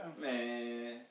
man